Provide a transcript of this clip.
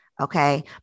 okay